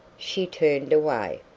she turned away.